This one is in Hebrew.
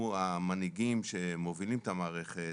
ואנחנו המנהיגים שמובילים את המערכת,